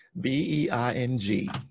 B-E-I-N-G